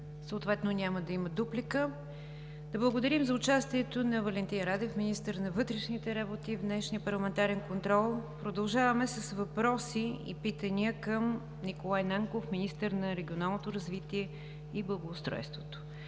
Съответно няма да има дуплика. Благодарим за участието на Валентин Радев – министър на вътрешните работи, в днешния парламентарен контрол. Продължаваме с въпроси и питания към Николай Нанков – министъра на регионалното развитие и благоустройството.